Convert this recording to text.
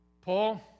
Paul